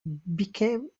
became